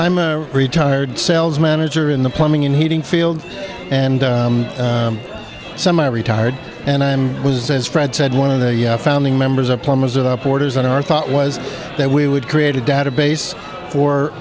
i'm a retired sales manager in the plumbing and heating field and some i retired and i'm was as fred said one of the founding members of plumbers it up borders on our thought was that we would create a database for